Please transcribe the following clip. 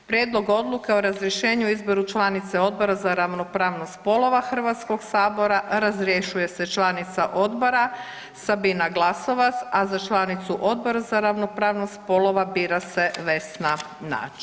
Prijedlog odluke o razrješenju i izboru članice Odbora za ravnopravnost spolova HS, razrješuje se članica odbora Sabina Glasovac, a za članicu Odbora za ravnopravnost spolova bira se Vesna Nađ.